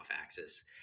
axis